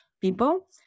people